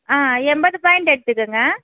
ஆ எண்பது பாய்ண்ட் எடுத்துக்கங்க